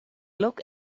look